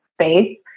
space